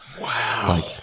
Wow